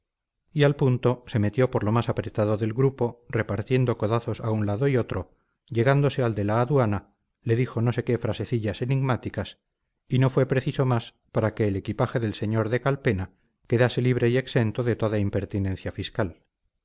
y al punto se metió por lo más apretado del grupo repartiendo codazos a un lado y otro llegándose al de la aduana le dijo no sé qué frasecillas enigmáticas y no fue preciso más para que el equipaje del sr de calpena quedase libre y exento de toda impertinencia fiscal